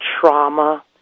trauma